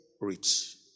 Rich